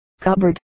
cupboard